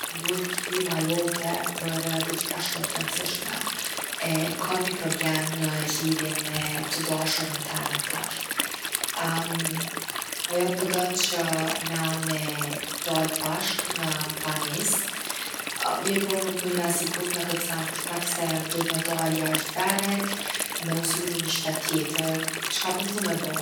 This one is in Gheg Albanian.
Po m’duhet kshilla jote për diçka shumë t’rendsishme. E kom ni problem në lidhje me t’dashurën teme tash. Ajo po don që na me dal bashkë ne banesë, mirëpo unë nuk po nihna sigurtë me kët sen për shkak se m’duhet me dal jashtë veni me u sigur në ni shtet tjetër. çka po m’thu me bo?